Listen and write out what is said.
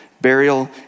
burial